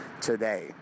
Today